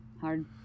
hard